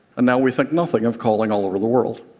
and now we think nothing of calling all over the world.